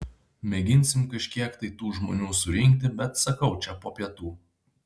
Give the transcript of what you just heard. mėginsim kažkiek tai tų žmonių surinkti bet sakau čia po pietų